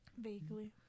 vaguely